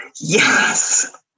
Yes